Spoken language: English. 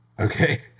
Okay